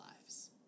lives